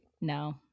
no